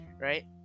right